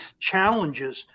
challenges